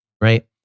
Right